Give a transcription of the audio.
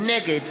נגד